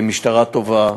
והיא משטרה טובה,